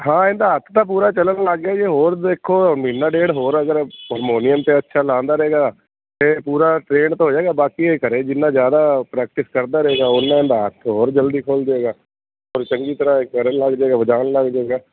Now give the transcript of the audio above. ਹਾਂ ਇਹਦਾ ਹੱਥ ਤਾਂ ਪੂਰਾ ਚੱਲਣ ਲੱਗ ਗਿਆ ਜੇ ਹੋਰ ਦੇਖੋ ਮਹੀਨਾ ਡੇਢ ਹੋਰ ਅਗਰ ਹਰਮੌਨੀਅਮ 'ਤੇ ਅੱਛਾ ਲਾਂਦਾ ਰਹੇਗਾ ਇਹ ਪੂਰਾ ਟ੍ਰੇਨਡ ਹੋ ਜਾਏਗਾ ਬਾਕੀ ਇਹ ਘਰੇ ਜਿੰਨਾ ਜ਼ਿਆਦਾ ਪ੍ਰੈਕਟਿਸ ਕਰਦਾ ਰਹੇਗਾ ਉੱਨਾਂ ਇਹਦਾ ਹੱਥ ਹੋਰ ਜਲਦੀ ਖੁੱਲ੍ਹ ਜਾਏਗਾ ਔਰ ਚੰਗੀ ਤਰ੍ਹਾਂ ਕਰਨ ਲੱਗ ਜੇਗਾ ਵਜਾਉਣ ਲੱਗ ਜੇਗਾ